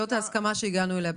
זו ההסכמה שהגענו אליה.